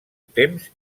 temps